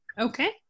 Okay